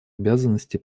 обязанности